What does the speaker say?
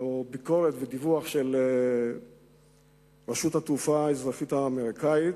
ביקורת ודיווח של רשות התעופה האזרחית האמריקנית,